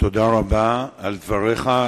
תודה רבה על דבריך.